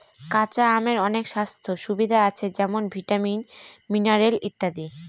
কাঁচা আমের অনেক স্বাস্থ্য সুবিধা আছে যেমন ভিটামিন, মিনারেল ইত্যাদি